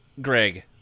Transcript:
Greg